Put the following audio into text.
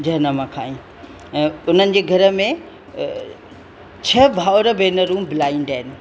जनम खां ई उन्हनि जे घर में छह भाउर भेनरूं ब्लाइंड आहिनि